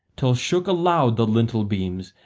till shook aloud the lintel-beams,